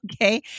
Okay